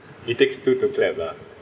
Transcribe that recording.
it takes to two to twelve lah